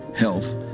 health